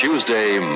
Tuesday